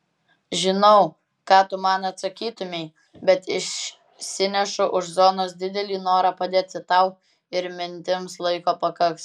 žinau ką tu man atsakytumei bet išsinešu už zonos didelį norą padėti tau ir mintims laiko pakaks